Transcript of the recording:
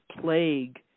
plague